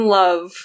love